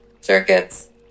circuits